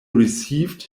received